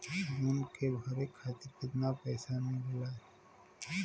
Loan के भरे खातिर कितना समय मिलेला?